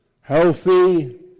healthy